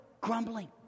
grumbling